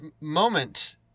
moment